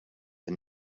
the